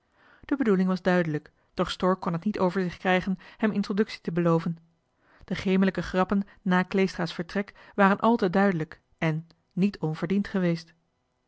de bedoeling was duidelijk doch stork kon het niet over zich verkrijgen hem introductie te beloven de gemelijke grappen na kleestra's vertrek waren al te duidelijk en niet onverdiend geweest